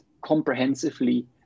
comprehensively